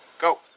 Go